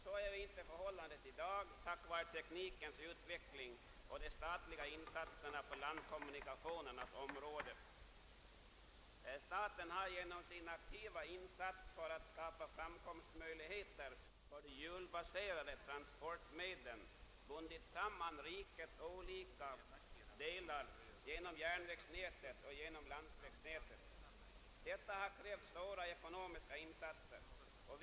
Så är inte förhållandet i dag på grund av teknikens utveckling och de statliga insatserna på landkommunikationernas område. Staten har genom sin aktiva insats för att skapa framkomstmöjligheter för de hjulbaserade transportmedlen bundit samman rikets olika delar genom järnvägsnätet och genom landsvägsnätet. Detta har krävt stora ekonomiska insatser.